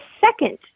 second